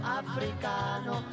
africano